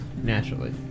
naturally